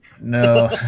No